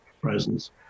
presence